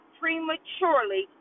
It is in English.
prematurely